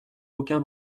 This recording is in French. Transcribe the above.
aucun